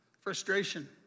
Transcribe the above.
frustration